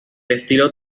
estilo